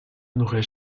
n’aurais